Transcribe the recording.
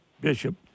Bishop